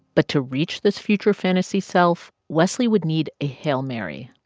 but to reach this future fantasy self, wesley would need a hail mary.